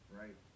right